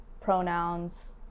pronouns